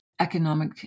economic